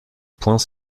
poings